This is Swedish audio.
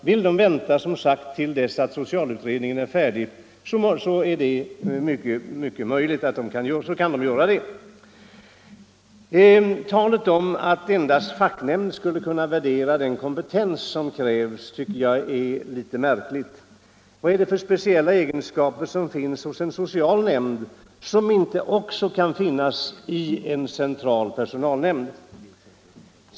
Vill regeringen som sagt vänta till dess att socialutredningen är klar, kan den självfallet göra det. Talet om att endast en facknämnd skulle kunna värdera den kompetens som krävs tycker jag är litet märkligt. Vad är det för speciella egenskaper som skulle finnas hos en social nämnd men som inte också kan finnas i en central personalnämnd?